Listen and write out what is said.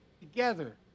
Together